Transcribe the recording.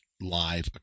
live